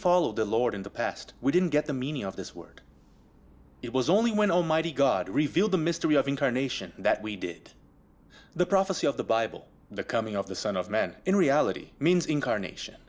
follow the lord in the past we didn't get the meaning of this word it was only when almighty god revealed the mystery of incarnation that we did the prophecy of the bible the coming of the son of man in reality means incarnation